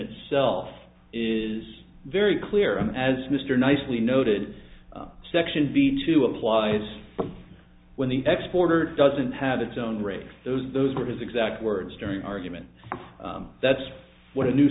itself is very clear and as mr nicely noted section v two applies when the export doesn't have its own rate those those were his exact words during an argument that's what a new